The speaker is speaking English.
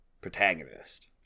protagonist